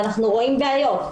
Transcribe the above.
ואנחנו רואים בעיות.